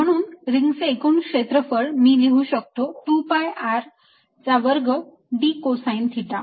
म्हणून रिंगचे एकूण क्षेत्रफळ मी लिहू शकतो 2 pi R चा वर्ग d कोसाईन थिटा